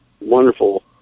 wonderful